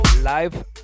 live